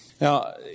Now